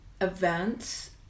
events